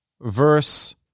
verse